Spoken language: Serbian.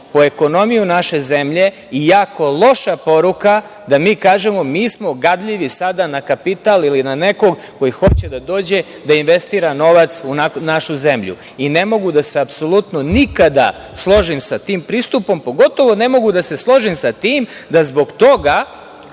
po ekonomiju naše zemlje i jako loša poruka da mi kažemo – mi smo gadljivi sada na kapital ili na nekog ko hoće da dođe da investira novac u našu zemlju. Ne mogu da se apsolutno nikada složim sa tim pristupom, pogotovo ne mogu da se složim sa tim da zbog toga